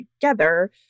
together